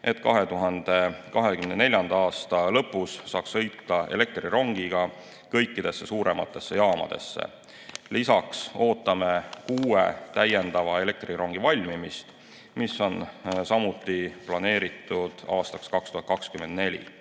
et 2024. aasta lõpus saaks sõita elektrirongiga kõikidesse suurematesse jaamadesse. Lisaks ootame kuue täiendava elektrirongi valmimist, mis on samuti planeeritud aastaks 2024.